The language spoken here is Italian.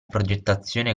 progettazione